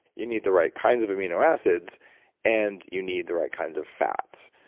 you need the right kinds of amino acids and you need the right kinds of fats.